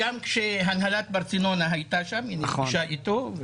גם כשהנהלת ברצלונה הייתה שם היא נפגשה איתו,